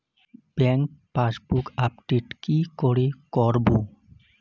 Bank passbook update কি করে করবো?